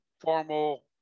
formal